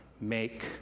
Make